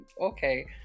okay